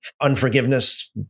unforgiveness